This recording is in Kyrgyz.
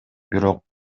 бирок